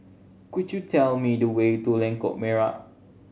could you tell me the way to Lengkok Merak